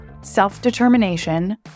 self-determination